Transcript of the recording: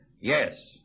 Yes